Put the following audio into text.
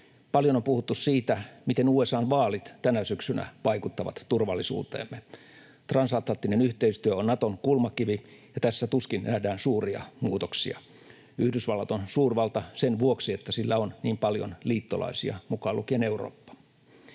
Paljon on puhuttu siitä, miten USA:n vaalit tänä syksynä vaikuttavat turvallisuuteemme. Transatlanttinen yhteistyö on Naton kulmakivi, ja tässä tuskin nähdään suuria muutoksia. Yhdysvallat on suurvalta sen vuoksi, että sillä on niin paljon liittolaisia, mukaan lukien Eurooppa.